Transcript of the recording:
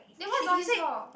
then what are all these for